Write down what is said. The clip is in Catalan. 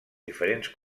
diferents